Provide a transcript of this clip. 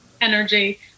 energy